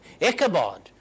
Ichabod